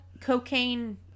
cocaine